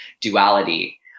duality